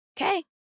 Okay